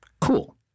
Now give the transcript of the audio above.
cool